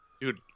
Dude